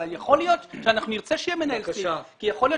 אבל יכול להיות שאנחנו נרצה שיהיה מנהל סניף כי יכול להיות